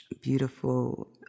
beautiful